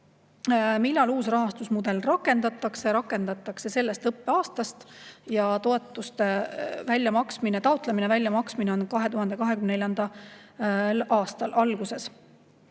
Millal uus rahastusmudel rakendatakse? Rakendatakse sellest õppeaastast, toetuste taotlemine ja väljamaksmine on 2024. aasta alguses.